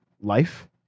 life